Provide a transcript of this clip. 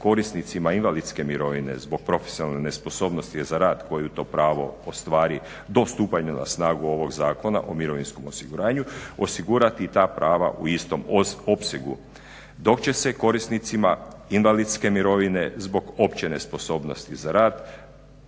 korisnicima invalidske mirovine zbog profesionalne nesposobnosti za rad koji to pravo ostvari do stupanja na snagu ovog Zakona o mirovinskom osiguranju osigurati i ta prava u istom opsegu. Dok će se korisnicima invalidske mirovine zbog opće nesposobnosti za rad